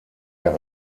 der